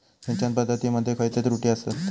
सिंचन पद्धती मध्ये खयचे त्रुटी आसत?